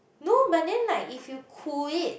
no but then like if you cool it